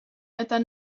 ydyn